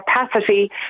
capacity